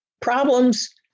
problems